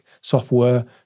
software